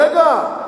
רגע,